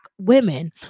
women